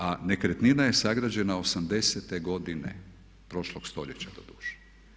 A nekretnina je sagrađena '80.-te godine prošlog stoljeća doduše.